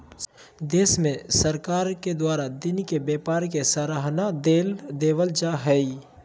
सब देश में सरकार के द्वारा दिन के व्यापार के सराहना देवल जा हइ